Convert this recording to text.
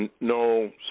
no